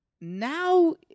Now